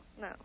no